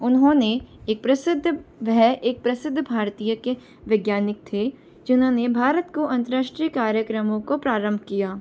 उन्होंने एक प्रसिद्ध वह एक प्रसिद्ध भारतीय के वैज्ञानिक थे जिन्होंने भारत को अन्तर्राष्ट्रीय कार्यक्रमों को प्रारंभ किया